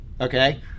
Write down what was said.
okay